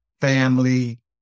family